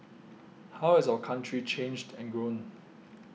how has our country changed and grown